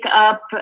up